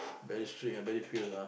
very strict and very fierce ah